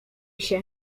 się